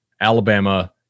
alabama